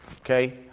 okay